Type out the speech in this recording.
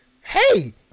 hey